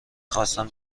خواستم